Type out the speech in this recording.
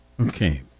Okay